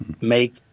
make